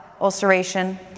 ulceration